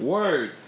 Word